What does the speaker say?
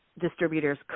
distributors